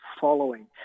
following